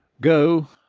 go,